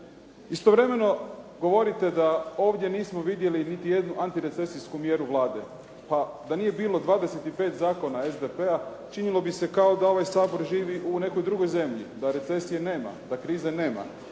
Istovremeno govorite da ovdje nismo vidjeli niti jednu antirecesijsku mjeru Vlade. Pa da nije bilo 25 zakona SDP-a činilo bi se kao da ovaj Sabor živi u nekoj drugoj zemlji, da recesije nema, da krize nema.